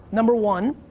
number one,